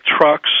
trucks